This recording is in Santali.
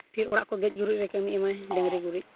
ᱯᱷᱤᱨ ᱚᱲᱟᱜ ᱠᱚ ᱜᱮᱡᱽ ᱜᱩᱨᱤᱡᱽ ᱨᱮ ᱠᱟᱹᱢᱤ ᱮᱢᱟᱭ ᱰᱟᱝᱨᱤ ᱜᱩᱨᱤᱡᱽ